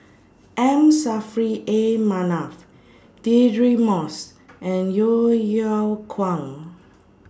M Saffri A Manaf Deirdre Moss and Yeo Yeow Kwang